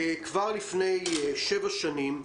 כבר לפני שבע שנים,